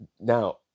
Now